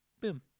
Boom